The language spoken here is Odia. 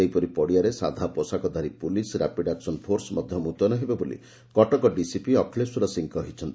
ସେହିପରି ପଡିଆରେ ସାଧା ପୋଷାକଧାରୀ ପୁଲିସ ର୍ୟାପିଡ୍ ଆକ୍କନ ଫୋର୍ସ ମଧ ମୁତୟନ ହେବେ ବୋଲି କଟକ ଡିସିପି ଅଖ୍ଳେଶ୍ୱର ସିଂହ କହିଛନ୍ତି